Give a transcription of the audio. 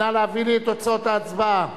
נא להביא לי את תוצאות ההצבעה